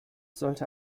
sollte